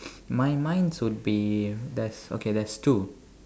mine mine would be there's okay there's two